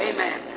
Amen